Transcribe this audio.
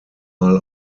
mal